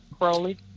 Crowley